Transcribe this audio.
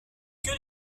que